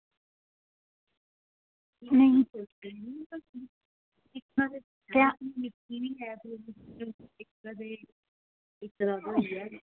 हूं